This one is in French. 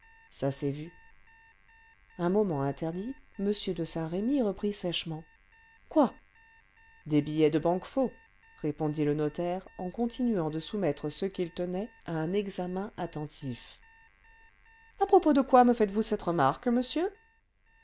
ça s'est vu un moment interdit m de saint-remy reprit sèchement quoi des billets de banque faux répondit le notaire en continuant de soumettre ceux qu'il tenait à un examen attentif à propos de quoi me faites-vous cette remarque monsieur